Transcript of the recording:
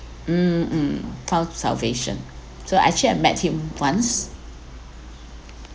mm mm found salvation so actually I met him once